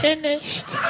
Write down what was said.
Finished